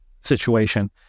situation